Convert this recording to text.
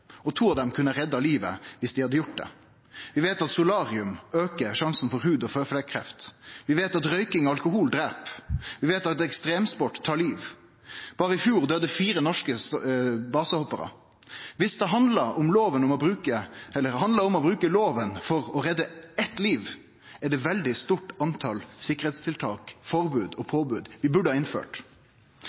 og to av dei kunne ha redda livet dersom dei hadde gjort det. Vi veit at solarium aukar sjansen for hud- og føflekkreft. Vi veit at røyking og alkohol drep. Vi veit at ekstremsport tar liv – berre i fjor døydde fire norske basehopparar. Dersom det handla om å bruke loven for å redde eitt liv, er det eit veldig stort tal på sikkerheitstiltak, forbod og påbod vi burde ha innført.